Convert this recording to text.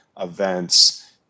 events